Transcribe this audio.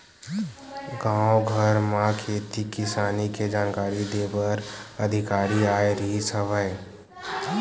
गाँव घर म खेती किसानी के जानकारी दे बर अधिकारी आए रिहिस हवय